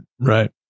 Right